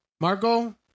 Marco